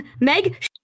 Meg